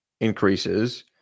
increases